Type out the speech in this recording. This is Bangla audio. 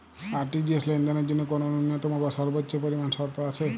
আর.টি.জি.এস লেনদেনের জন্য কোন ন্যূনতম বা সর্বোচ্চ পরিমাণ শর্ত আছে?